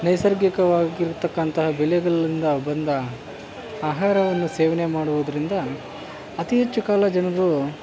ನೈಸರ್ಗಿಕವಾಗಿರತಕ್ಕಂತಹ ಬೆಳೆಗಳಿಂದ ಬಂದ ಆಹಾರವನ್ನು ಸೇವನೆ ಮಾಡುವುದರಿಂದ ಅತಿ ಹೆಚ್ಚು ಕಾಲ ಜನರು